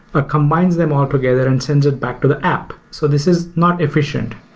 ah combines them altogether and sends it back to the app. so this is not efficient.